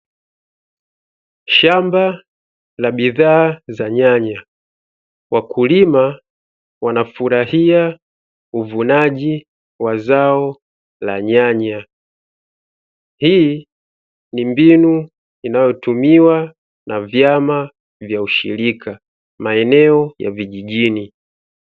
Shamba la bidhaa za nyanya, wakulima wanafurahia uvunaji wa zao la nyanya. Hii ni mbinu inayotumiwa na vyama vya ushirika maeneo ya vijijini.